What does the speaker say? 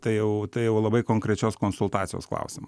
tai jau tai jau labai konkrečios konsultacijos klausimu